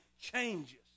changes